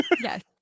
Yes